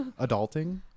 adulting